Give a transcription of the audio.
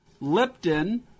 Lipton